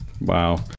Wow